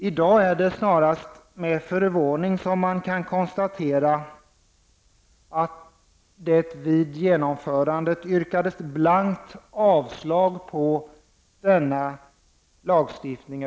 I dag är det snarast med förvåning man kan konstatera att det vid genomförandet yrkades blankt avslag på förslaget om denna lagstiftning.